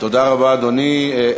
תודה רבה, אדוני.